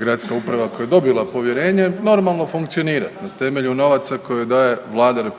gradska uprava koja je dobila povjerenje normalno funkcionirat na temelju novaca koje daje Vlada RH